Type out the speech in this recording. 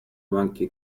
monkey